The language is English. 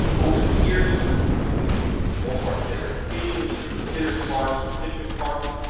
over the years we we get ballparks, get reputations for being hitters, parks or pictures parks.